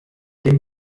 dem